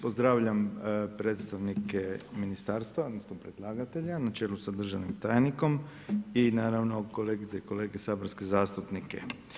Pozdravljam predstavnike ministarstva odnosno predlagatelja na čelu sa državnim tajnikom i naravno kolegice i kolege saborske zastupnike.